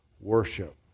worship